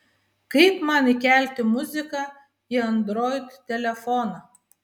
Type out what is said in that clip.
kaip man įkelti muziką į android telefoną